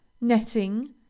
netting